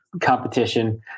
competition